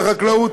מהחקלאות,